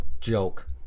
joke